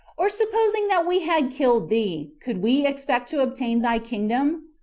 or supposing that we had killed thee, could we expect to obtain thy kingdom?